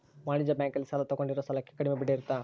ವಾಣಿಜ್ಯ ಬ್ಯಾಂಕ್ ಅಲ್ಲಿ ಸಾಲ ತಗೊಂಡಿರೋ ಸಾಲಕ್ಕೆ ಕಡಮೆ ಬಡ್ಡಿ ಇರುತ್ತ